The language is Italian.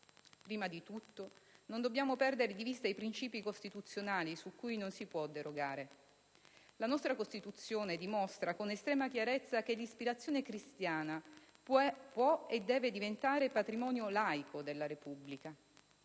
Prima di tutto non dobbiamo perdere di vista i princìpi costituzionali su cui non si può derogare. La nostra Costituzione dimostra con estrema chiarezza che l'ispirazione cristiana può e deve divenire patrimonio laico della Repubblica.